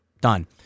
Done